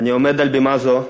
אני עומד על בימה זו,